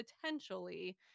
potentially